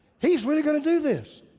he's really gonna do this.